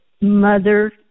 Mother